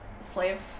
slave